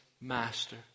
Master